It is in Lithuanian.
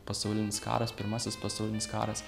pasaulinis karas pirmasis pasaulinis karas